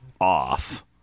off